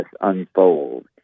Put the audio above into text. unfold